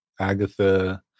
Agatha